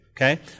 Okay